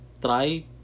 try